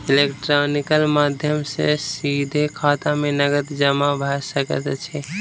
electronical माध्यम सॅ सीधे खाता में नकद जमा भ सकैत अछि